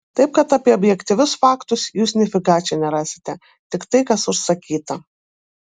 taip kad apie objektyvius faktus jūs nifiga čia nerasite tik tai kas užsakyta